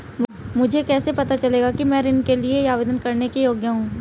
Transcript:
मुझे कैसे पता चलेगा कि मैं ऋण के लिए आवेदन करने के योग्य हूँ?